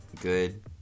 good